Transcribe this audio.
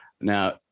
Now